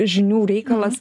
žinių reikalas